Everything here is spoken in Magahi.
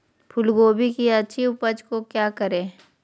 फूलगोभी की अच्छी उपज के क्या करे?